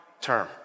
term